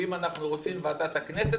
ואם אנחנו ועדת הכנסת,